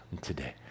today